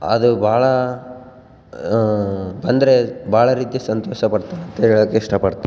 ಅದು ಬಹಳ ಬಂದರೆ ಬಹಳ ರೀತಿಯ ಸಂತೋಷ ಪಡ್ತಾರಂತ ಹೇಳೋಕೆ ಇಷ್ಟ ಪಡ್ತೀನಿ